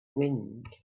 wind